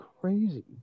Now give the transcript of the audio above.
crazy